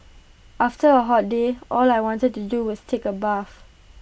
after A hot day all I wanted to do is take A bath